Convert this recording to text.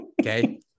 Okay